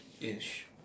ish